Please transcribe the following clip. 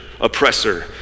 oppressor